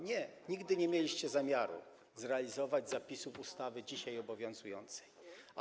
Nie, nigdy nie mieliście zamiaru zrealizować zapisów dzisiaj obowiązującej ustawy.